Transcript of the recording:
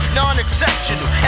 non-exceptional